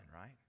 right